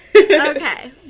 Okay